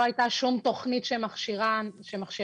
לפני כן לא הייתה שום תוכנית שמכשירה מתורגמנים,